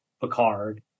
Picard